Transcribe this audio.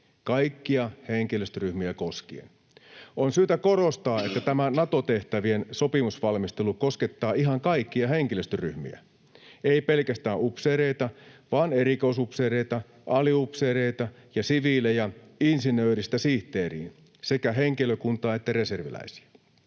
kaikkia henkilöstöryhmiä koskien. On syytä korostaa, että tämä Nato-tehtävien sopimusvalmistelu koskettaa ihan kaikkia henkilöstöryhmiä, ei pelkästään upseereita vaan erikoisupseereita, aliupseereita ja siviilejä insinööristä sihteeriin, sekä henkilökuntaa että reserviläisiä.